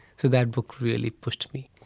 so that book really pushed me.